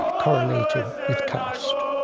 correlated with caste.